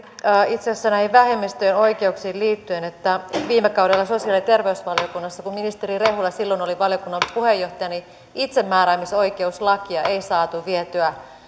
itse asiassa näihin vähemmistöjen oikeuksiin liittyen viime kaudella sosiaali ja terveysvaliokunnassa kun ministeri rehula silloin oli valiokunnan puheenjohtaja itsemääräämisoikeuslakia ei saatu vietyä